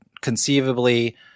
conceivably